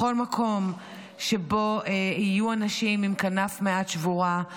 בכל מקום שבו יהיו אנשים עם כנף מעט שבורה,